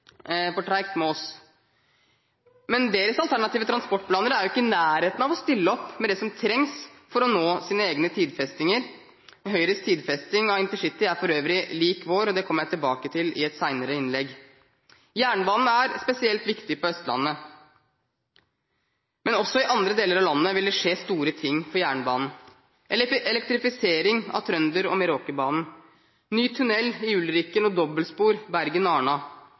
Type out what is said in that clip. tregt med oss. Men deres alternative transportplaner er ikke i nærheten av å stille opp med det som trengs for å nå sine egne tidfestinger. Høyres tidfesting av InterCity er for øvrig lik vår. Det kommer jeg tilbake til i et senere innlegg. Jernbanen er spesielt viktig på Østlandet Men også i andre deler av landet vil det skje store ting for jernbanen: elektrifisering av Trønderbanen og Meråkerbanen, ny tunnel under Ulriken og dobbeltspor